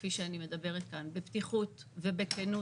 וכפי שאת מדברת כאן בפתיחות ובכנות,